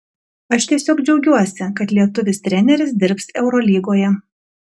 aš tiesiog džiaugiuosi kad lietuvis treneris dirbs eurolygoje